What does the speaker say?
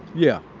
yeah.